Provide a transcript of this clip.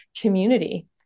community